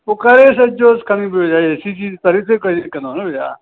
पोइ करे छॾिजोसि खणी ॿियो छा एसी जी सर्विसि करे कंदो न या